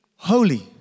Holy